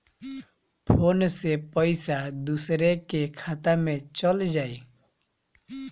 Phone से पईसा दूसरे के खाता में चल जाई?